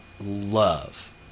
love